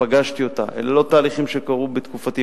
שפגשתי אותה, אלה לא תהליכים שקרו בתקופתי.